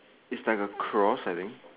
it's like a cross I think